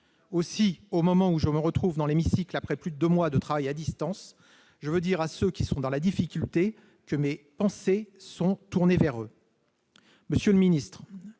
Aussi, au moment où je me retrouve dans cet hémicycle, après plus de deux mois de travail à distance, je veux dire à ceux qui sont dans la difficulté que mes pensées sont tournées vers eux.